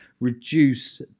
reduce